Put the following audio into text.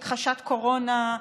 הכחשת קורונה,